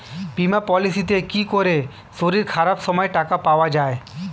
বীমা পলিসিতে কি করে শরীর খারাপ সময় টাকা পাওয়া যায়?